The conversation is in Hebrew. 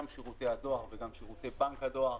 גם שירותי הדואר וגם שירותי בנק הדואר,